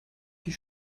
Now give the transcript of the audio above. die